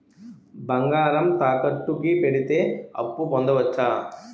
బంగారం తాకట్టు కి పెడితే అప్పు పొందవచ్చ?